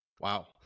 Wow